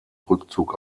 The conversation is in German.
rückzug